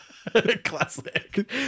Classic